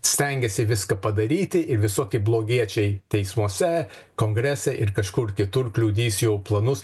stengiasi viską padaryti ir visokie blogiečiai teismuose kongrese ir kažkur kitur kliudys jo planus